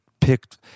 picked